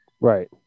Right